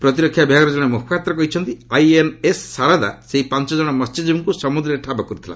ପ୍ରତିରକ୍ଷା ବିଭାଗର ଜଣେ ମୁଖପାତ୍ର କହିଛନ୍ତି ଆଇଏନ୍ଏସ୍ ଶାରଦା ସେହି ପାଞ୍ଚଜଣ ମହ୍ୟଜୀବୀଙ୍କୁ ସମ୍ବଦ୍ରରେ ଠାବ କରିଥିଲା